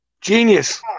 Genius